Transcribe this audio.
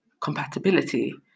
compatibility